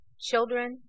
children